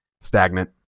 stagnant